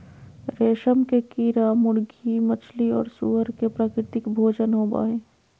रेशम के कीड़ा मुर्गी, मछली और सूअर के प्राकृतिक भोजन होबा हइ